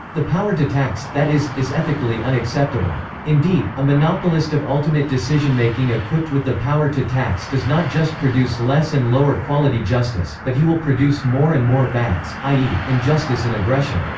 the power to tax, that is, is ethically unacceptable. indeed, a monopolist of ultimate decisionmaking equipped with the power to tax does not just produce less and lower quality justice, but he will produce more and more bads, i e, injustice and aggression.